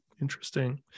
Interesting